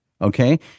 Okay